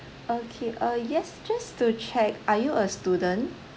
okay uh yes just to check are you a student